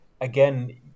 again